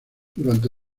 durante